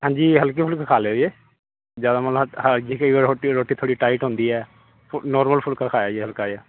ਹਾਂਜੀ ਹਲਕੀ ਫੁਲਕੀ ਖਾ ਲਿਓ ਜੇ ਜ਼ਿਆਦਾ ਮਤਲਬ ਹਲ ਕਈ ਵਾਰ ਰੋਟੀ ਥੋੜ੍ਹੀ ਟਾਈਟ ਹੁੰਦੀ ਹੈ ਨੋਰਮਲ ਫੁਲਕਾ ਖਾਇਆ ਜੀ ਹਲਕਾ ਜਿਹਾ